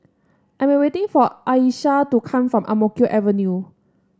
I'm awaiting for Ayesha to come from Ang Mo Kio Avenue